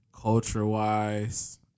culture-wise